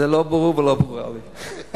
זה לא ברור ולא ברורה לי.